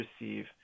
receive